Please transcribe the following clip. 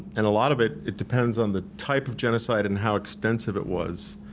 and a lot of it, it depends on the type of genocide and how extensive it was,